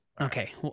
Okay